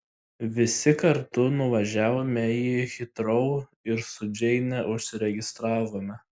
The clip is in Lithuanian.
visi kartu nuvažiavome į hitrou ir su džeine užsiregistravome